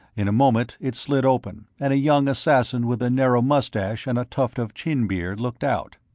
in a moment, it slid open, and a young assassin with a narrow mustache and a tuft of chin beard looked out.